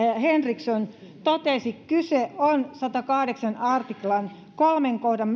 henriksson totesi kyse on sadannenkahdeksannen artiklan kolmannen kohdan